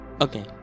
Okay